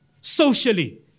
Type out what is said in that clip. socially